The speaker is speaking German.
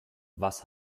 was